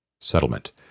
settlement